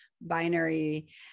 binary